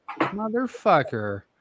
Motherfucker